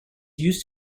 used